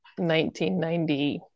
1990